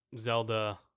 Zelda